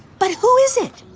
but who is it?